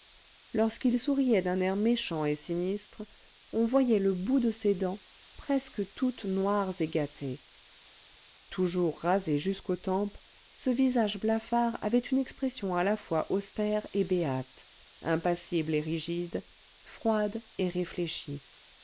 lorsqu'il souriait d'un air méchant et sinistre on voyait le bout de ses dents presque toutes noires et gâtées toujours rasé jusqu'aux tempes ce visage blafard avait une expression à la fois austère et béate impassible et rigide froide et réfléchie